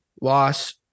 loss